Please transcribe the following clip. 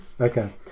okay